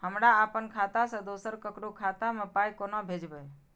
हमरा आपन खाता से दोसर ककरो खाता मे पाय कोना भेजबै?